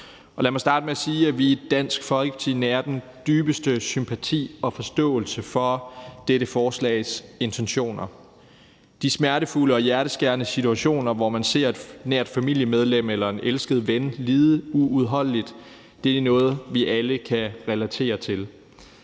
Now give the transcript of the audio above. Lad mig starte med at sige, at vi i Dansk Folkeparti nærer den dybeste sympati og forståelse for dette forslags intentioner. De smertefulde og hjerteskærende situationer, hvor man ser et nært familiemedlem eller en elsket ven lide uudholdeligt, er noget, vi alle kan relatere til.